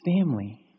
family